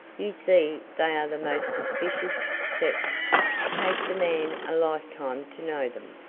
you see they are the most suspicious set takes a man a lifetime to know them,